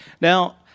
Now